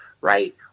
right